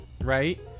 right